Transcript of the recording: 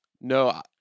No